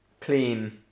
clean